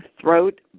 throat